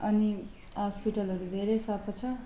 अनि हस्पिटलहरू धेरै सफा छ